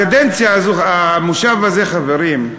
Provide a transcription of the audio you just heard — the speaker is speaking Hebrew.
הקדנציה הזאת, המושב הזה, חברים,